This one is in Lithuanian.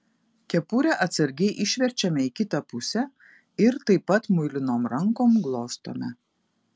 kepurę atsargiai išverčiame į kitą pusę ir taip pat muilinom rankom glostome